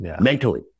mentally